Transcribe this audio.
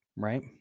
Right